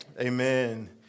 Amen